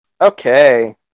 Okay